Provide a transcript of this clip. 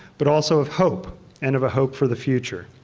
but also of hope and of a hope for the future.